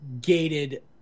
gated